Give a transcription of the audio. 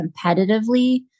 competitively